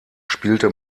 spielte